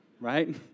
right